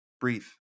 breathe